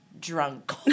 drunk